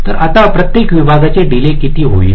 तर आता प्रत्येक विभागाचा डीले किती होईल